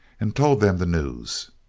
and told them the news.